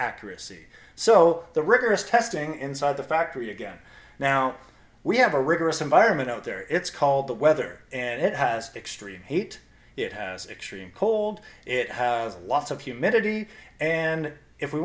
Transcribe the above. accuracy so the rigorous testing inside the factory again now we have a rigorous environment out there it's called the weather and it has extreme heat it has extreme cold it has lots of humidity and if we